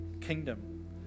kingdom